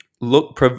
look